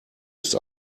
ist